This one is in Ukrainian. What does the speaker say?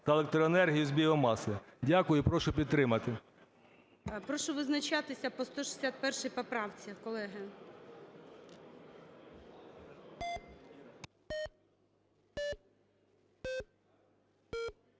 та електроенергії з біомаси". Дякую і прошу підтримати ГОЛОВУЮЧИЙ. Прошу визначатися по 161 поправці, колеги.